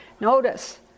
Notice